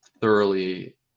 thoroughly